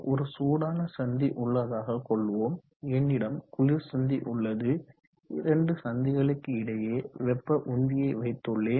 ஒரு சூடான சந்தி உள்ளதாக கொள்வோம் என்னிடம் குளிர் சந்தி உள்ளது இரண்டு சந்திகளுக்கு இடையே வெப்ப உந்தியை வைத்துள்ளேன்